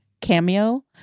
cameo